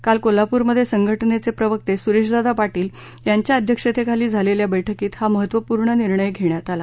काल कोल्हाप्रमध्ये संघटनेचे प्रवक्ते सुरेशदादा पाटील यांच्या अध्यक्षतेखाली झालेल्या बैठकीत हा महत्वपूर्ण निर्णय घेण्यात आला